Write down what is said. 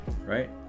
right